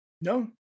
No